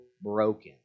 broken